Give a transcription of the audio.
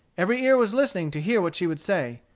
every ear was listening to hear what she would say.